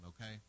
okay